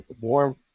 Warm